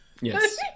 Yes